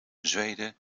zweden